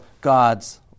God's